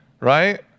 right